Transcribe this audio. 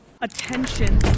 Attention